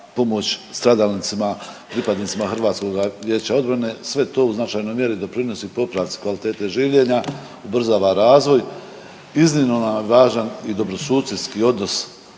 pomoć stradalnicima pripadnicima HVO-a, sve to u značajnoj mjeri doprinosi popravci kvalitete življenja, ubrzava razvoj. Iznimno nam je važan i dobrosusjedski odnos